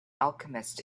alchemist